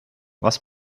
was